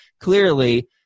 Clearly